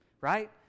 Right